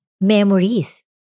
memories